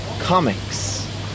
comics